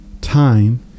time